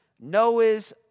Noah's